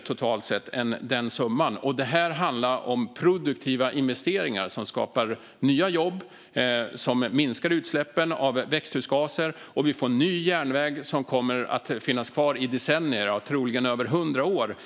totalt sett innebära mindre än den summan, och det handlar om produktiva investeringar som skapar nya jobb och minskar utsläppen av växthusgaser. Vi får en ny järnväg som kommer att finnas kvar i decennier, troligen över hundra år.